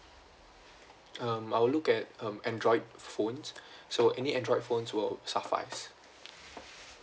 um I'll look at um android phones so any android phones will suffice